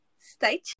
stay